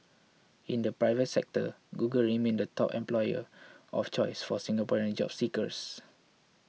in the private sector Google remained the top employer of choice for Singaporean job seekers